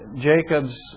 Jacob's